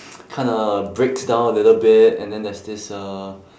kinda breaks down a little bit and then there's this uh